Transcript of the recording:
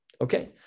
Okay